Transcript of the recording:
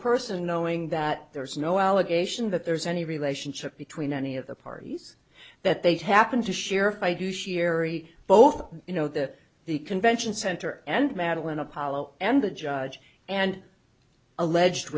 person knowing that there's no allegation that there's any relationship between any of the parties that they've happened to share if i do sherry both you know the the convention center and madeline apollo and the judge and alleged